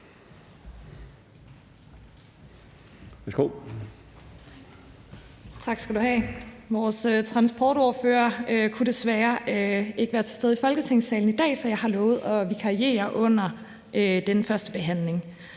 Vores transportordfører kunne desværre ikke være til stede i Folketingssalen i dag, så jeg har lovet at vikariere under denne første behandling.